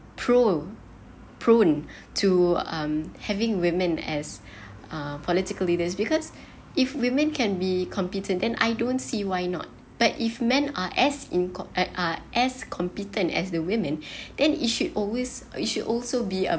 prone prone to um having women as uh political leaders because if women can be competent and I don't see why not but if men are as inco~ eh are as competent as the women then it should always it should also be a